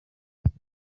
jazz